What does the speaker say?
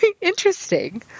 interesting